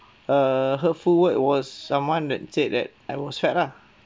err hurtful word was someone that said that I was fat lah